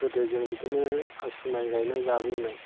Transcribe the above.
गोदो जों बिदिनो आसु माइ गायनानै जाबोयोमोन